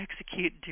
Execute